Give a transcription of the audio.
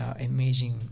amazing